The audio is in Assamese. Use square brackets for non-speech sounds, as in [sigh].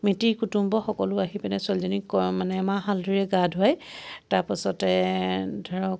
মিতিৰ কুটুম সকলো আহি পেনাই ছোৱালীজনীক [unintelligible] মানে মাহ হালধিৰে গা ধুৱায় তাৰ পাছতে ধৰক